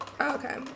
Okay